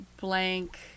blank